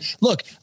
look